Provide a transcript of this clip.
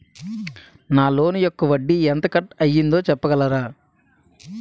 నా లోన్ యెక్క వడ్డీ ఎంత కట్ అయిందో చెప్పగలరా?